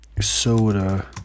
soda